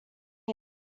him